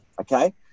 Okay